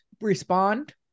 respond